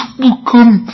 become